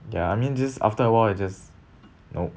ya I mean just after a while it just nope